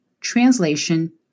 translation